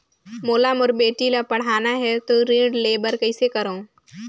मोला मोर बेटी ला पढ़ाना है तो ऋण ले बर कइसे करो